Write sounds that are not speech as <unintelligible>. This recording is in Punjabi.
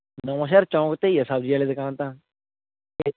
ਨਵਾਂਸ਼ਹਿਰ ਚੌਂਕ 'ਤੇ ਹੀ ਆ ਸਬਜ਼ੀ ਵਾਲੀ ਦੁਕਾਨ ਤਾਂ <unintelligible>